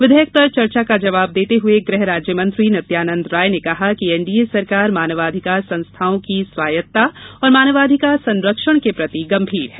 विधेयक पर चर्चा का जवाब देते हुए गृह राज्यमंत्री नित्यानंद राय ने कहा कि एनडीए सरकार मानवाधिकार संस्थाओं की स्वायत्ता और मानवाधिकार संरक्षण के प्रति गंभीर है